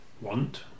want